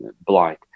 blind